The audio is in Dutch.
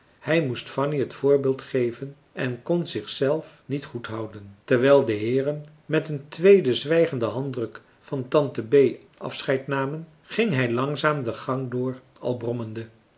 hij moest fanny het voorbeeld geven en kon zich zelf niet goed houden terwijl de heeren met een tweeden zwijgenden handdruk van tante bee afscheidnamen ging hij langzaam den gang door al brommende